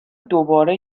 دوباره